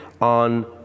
on